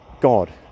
God